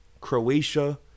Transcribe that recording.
Croatia